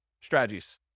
strategies